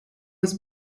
was